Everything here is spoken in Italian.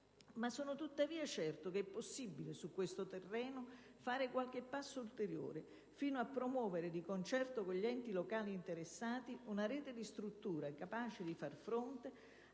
Ma sono, tuttavia, certo che è possibile, su questo terreno, fare qualche passo ulteriore, fino a promuovere - di concerto con gli enti locali interessati - una rete di strutture capaci di far fronte